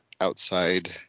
outside